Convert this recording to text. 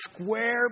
square